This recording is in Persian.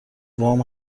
وام